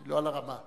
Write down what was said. היא לא על הרמה.